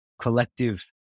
collective